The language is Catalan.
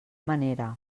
manera